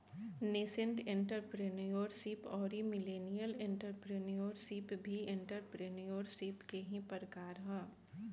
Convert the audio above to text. nascent entrepreneurship अउरी millennial entrepreneurship भी entrepreneurship के ही प्रकार ह